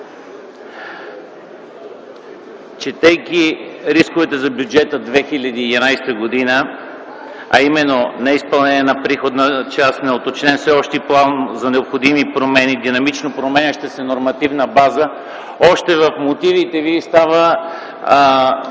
Четейки рисковете за Бюджет 2011 г., а именно неизпълнение на приходна част. Това е неуточнен план за необходими промени при динамично променяща се нормативна база. Още в мотивите Ви става